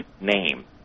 name